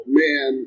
man